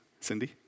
Cindy